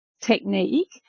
technique